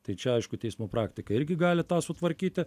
tai čia aišku teismų praktika irgi gali tą sutvarkyti